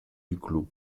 duclos